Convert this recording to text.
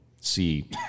see